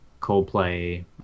Coldplay